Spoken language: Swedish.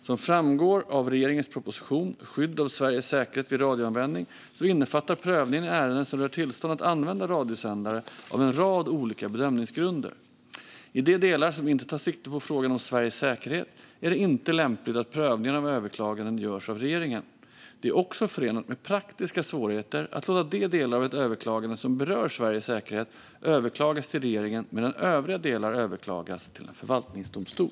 Som framgår av regeringens proposition Skydd av Sveriges säkerhet vid radioanvändning innefattar prövningen i ärenden som rör tillstånd att använda radiosändare en rad olika bedömningsgrunder. I de delar som inte tar sikte på frågan om Sveriges säkerhet är det inte lämpligt att prövningen av överklaganden görs av regeringen. Det är också förenat med praktiska svårigheter att låta de delar av ett överklagande som berör Sveriges säkerhet överklagas till regeringen medan övriga delar överklagas till förvaltningsdomstol.